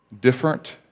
different